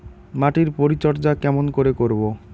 মাটির পরিচর্যা কেমন করে করব?